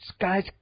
guy's